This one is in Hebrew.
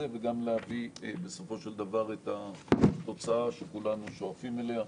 וגם להביא בסופו של דבר את התוצאה שכולנו שואפים אליה.